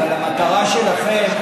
אבל המטרה שלכם,